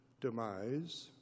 demise